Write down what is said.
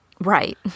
Right